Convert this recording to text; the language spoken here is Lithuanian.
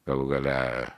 galų gale